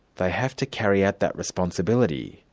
they have to carry out that responsibility.